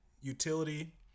utility